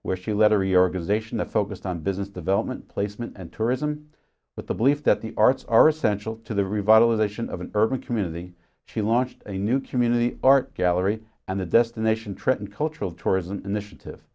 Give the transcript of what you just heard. where she led a reorganization that focused on business development placement and tourism with the belief that the arts are essential to the revitalization of an urban community she launched a new community the art gallery and the destination trenton cultural tourism initiative